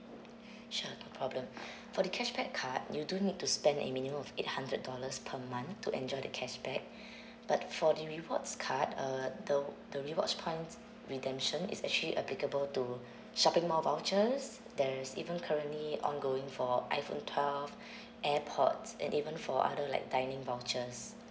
sure no problem for the cashback card you do need to spend a minimum of eight hundred dollars per month to enjoy the cashback but for the rewards card uh the the rewards points redemption is actually applicable to shopping mall vouchers there's even currently ongoing for iphone twelve airpods and even for other like dining vouchers